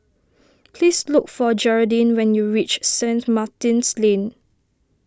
please look for Geraldine when you reach Saint Martin's Lane